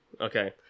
Okay